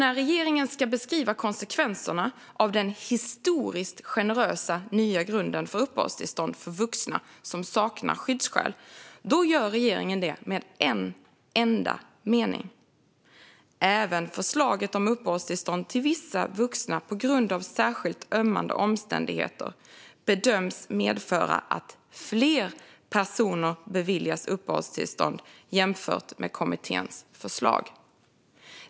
När regeringen ska beskriva konsekvenserna av den historiskt generösa nya grunden för uppehållstillstånd för vuxna som saknar skyddsskäl gör man det med en enda mening: "Även förslaget om uppehållstillstånd till vissa vuxna på grund av särskilt ömmande omständigheter bedöms medföra att fler personer beviljas uppehållstillstånd jämfört med kommitténs förslag."